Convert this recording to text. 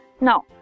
Now